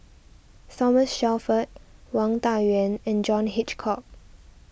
Thomas Shelford Wang Dayuan and John Hitchcock